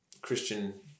Christian